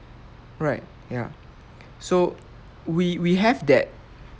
right ya so we we have that